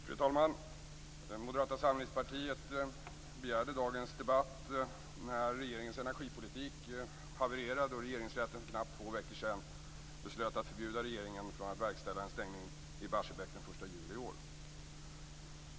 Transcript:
Fru talman! Moderata samlingspartiet begärde dagens debatt när regeringens energipolitik havererade och regeringsrätten för knappt två veckor sedan beslöt att förbjuda regeringen att verkställa en avstängning av Barsebäck den 1 juli i år.